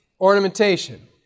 ornamentation